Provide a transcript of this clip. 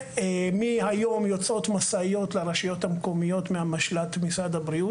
מהיום יוצאות משאיות לרשויות המקומיות ממשל"ט משרד הבריאות,